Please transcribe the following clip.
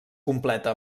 completa